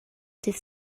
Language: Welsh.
dydd